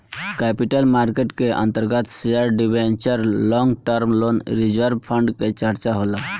capital market के अंतर्गत share debenture long term loan reserve fund के चर्चा होला